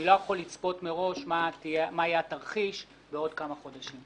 אני לא יכול לצפות מראש מה יהיה התרחיש בעוד כמה חודשים.